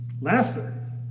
laughter